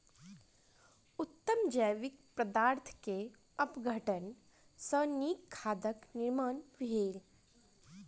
उत्तम जैविक पदार्थ के अपघटन सॅ नीक खादक निर्माण भेल